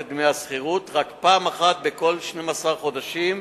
את דמי השכירות רק פעם אחת בכל 12 חודשים